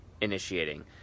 initiating